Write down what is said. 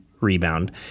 rebound